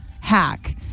hack